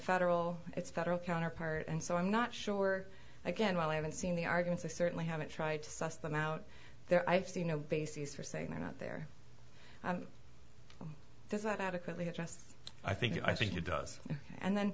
federal it's federal counterpart and so i'm not sure i can well i haven't seen the arguments i certainly haven't tried to suss them out there i've seen no basis for saying they're not there does that adequately address i think i think it does and then